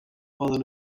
poden